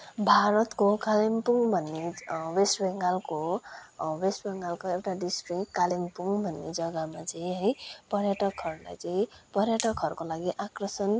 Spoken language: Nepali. भारतको कालिम्पोङ भन्ने वेस्ट बङ्गालको वेस्ट बङ्गालका एउटा डिस्ट्रिक्ट कालिम्पोङ भन्ने जग्गामा चाहिँ है पर्यटकहरूलाई चाहिँ पर्यटकहरूका लागि आकर्षण